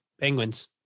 penguins